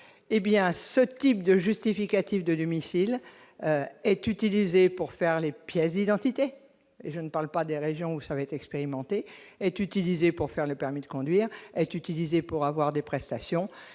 hé bien à ce type de justificatifs de domicile est utilisée pour faire les pièces d'identité, et je ne parle pas des régions où ça va être expérimenté est utilisée pour faire le permis de conduire est utilisé pour avoir des prestations